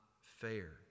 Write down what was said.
fair